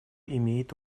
имеет